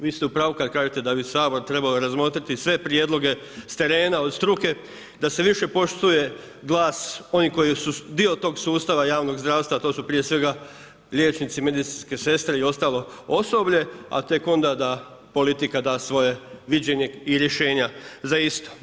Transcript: Vi ste u pravu kad kažete da bi Sabor trebao razmotriti sve prijedloge s terena od struke, da se više poštuje glas onih koji su dio tog sustava javnog zdravstva, a to su prije svega liječnici, medicinske sestre i ostalo osoblje a tek onda da politika da svoje viđenje i rješenja za isto.